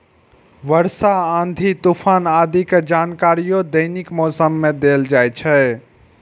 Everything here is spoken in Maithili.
वर्षा, आंधी, तूफान आदि के जानकारियो दैनिक मौसम मे देल जाइ छै